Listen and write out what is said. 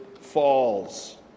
falls